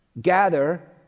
gather